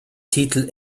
titel